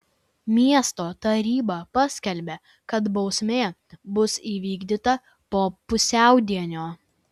miesto taryba paskelbė kad bausmė bus įvykdyta po pusiaudienio